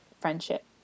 friendship